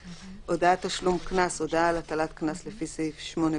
"הודעת תשלום קנס" הודעה על הטלת קנס לפי סעיף 8(ב)